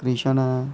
कृष्ण ऐ